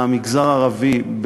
המגזר הערבי,